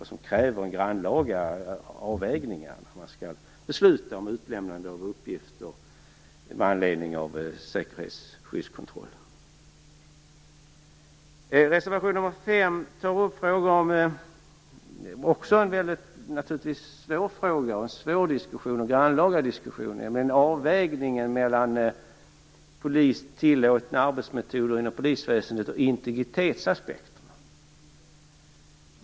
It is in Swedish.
Det krävs grannlaga avvägningar när man skall besluta om utlämnande av uppgifter med anledning av säkerhetsskyddskontroll. Reservation nr 5 tar upp en svår fråga och en svår och grannlaga diskussion, nämligen avvägningen mellan att tillåta vissa arbetsmetoder inom polisväsendet och integritetsaspekterna.